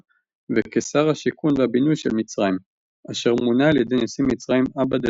וכשר השיכון והבינוי של מצרים אשר מונה על ידי נשיא מצרים עבד